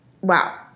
wow